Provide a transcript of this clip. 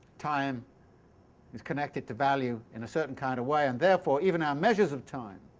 time is connected to value in a certain kind of way, and therefore even our measures of time